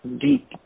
deep